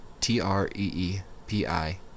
T-R-E-E-P-I